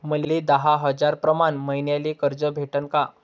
मले दहा हजार प्रमाण मईन्याले कर्ज भेटन का?